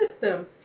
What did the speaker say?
system